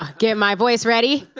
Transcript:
ah get my voice ready. but